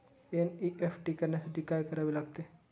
NEFT करण्यासाठी काय करावे लागते?